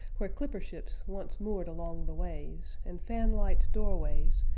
where clipper ships once moored along the ways and fanlight doorways,